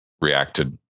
reacted